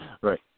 Right